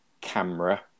camera